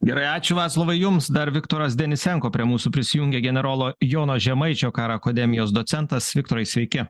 gerai ačiū vaclovai jums dar viktoras denisenko prie mūsų prisijungė generolo jono žemaičio karo akademijos docentas viktorai sveiki